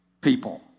people